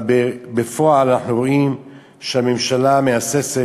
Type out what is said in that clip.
אבל בפועל אנחנו רואים שהממשלה מהססת.